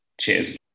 Cheers